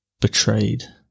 Betrayed